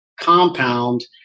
compound